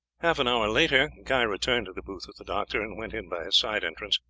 half an hour later guy returned to the booth of the doctor, and went in by a side entrance,